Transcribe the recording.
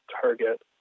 target